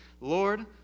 Lord